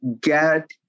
get